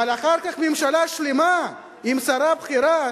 אבל אחר כך ממשלה שלמה עם שרה בכירה,